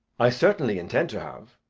i certainly intend to have.